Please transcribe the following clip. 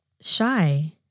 shy